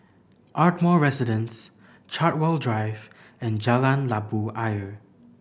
Ardmore Residence Chartwell Drive and Jalan Labu Ayer